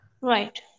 Right